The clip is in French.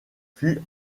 fut